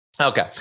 Okay